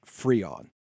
Freon